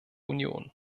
union